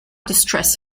distress